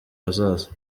hazaza